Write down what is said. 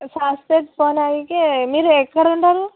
సాస్పేట్ పోనీకి మీరు ఎక్కడ ఉంటారు